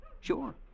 Sure